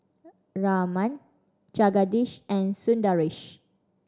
Raman Jagadish and Sundaresh